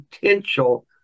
potential